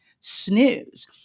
snooze